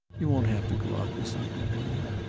you won't have to go out this evening, will you?